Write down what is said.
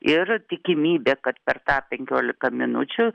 yra tikimybė kad per tą penkiolika minučių